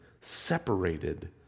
separated